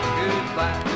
goodbye